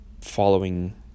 following